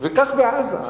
וכך זה בעזה.